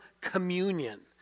communion